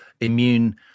immune